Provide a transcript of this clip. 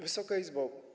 Wysoka Izbo!